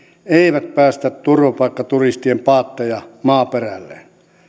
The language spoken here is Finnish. eivät päästä turvapaikkaturistien paatteja maaperälleen